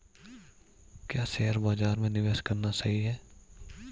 क्या शेयर बाज़ार में निवेश करना सही है?